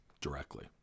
directly